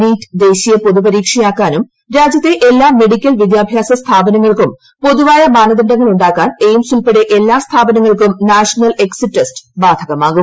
NEET ദേശീയ പൊതുപരീക്ഷയാക്കാനും രാജ്യത്തെ എല്ലാ മെഡിക്കൽ വിദ്യാഭ്യാസ സ്ഥാപനങ്ങൾക്കും പൊതുവായ മാനദണ്ഡങ്ങൾ ഉണ്ടാക്കാൻ എയിംസ് ഉൾപ്പെടെ എല്ലാ സ്ഥാപനങ്ങൾക്കും നാഷണൽ എക്സിറ്റ് ടെസ്റ്റ് ബാധകമാകും